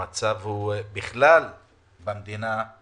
המצב בכלל במדינה הוא